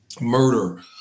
murder